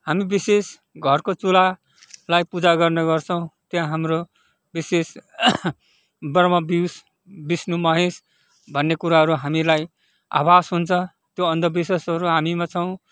हामी विशेष घरको चुल्हालाई पुजा गर्ने गर्छौँ त्यहाँ हाम्रो विशेष ब्रह्मा विष् विष्णु महेश भन्ने कुराहरू हामीलाई आभास हुन्छ त्यो अन्धविश्वासहरू हामीमा र्छौँ